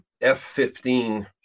F-15